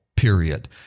period